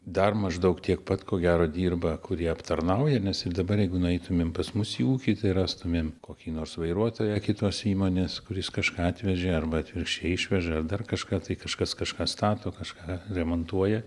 dar maždaug tiek pat ko gero dirba kurie aptarnauja nes ir dabar jeigu nueitumėm pas mus į ūkį tai rastumėm kokį nors vairuotoją kitos įmonės kuris kažką atvežė arba atvirkščiai išvežė ar dar kažką tai kažkas kažką stato kažką remontuoja